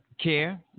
Care